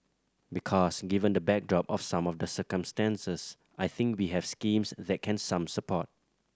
because given the backdrop of some of the circumstances I think we have schemes that can some support